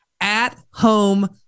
at-home